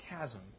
chasm